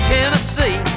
Tennessee